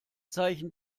zeichen